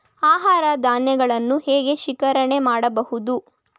ಆಹಾರ ಧಾನ್ಯಗಳನ್ನು ಹೇಗೆ ಶೇಖರಣೆ ಮಾಡಬಹುದು?